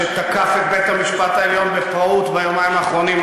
שתקף את בית-המשפט העליון בפראות ביומיים האחרונים,